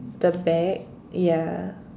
the bag ya